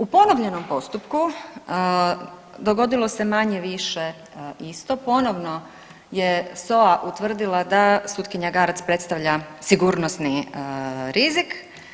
U ponovljenom postupku dogodilo se manje-više isto, ponovno je SOA utvrdila da sutkinja Garac predstavlja sigurnosni rizik.